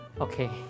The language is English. Okay